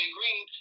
Green